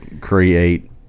create